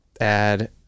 add